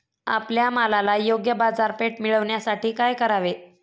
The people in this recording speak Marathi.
आपल्या मालाला योग्य बाजारपेठ मिळण्यासाठी काय करावे?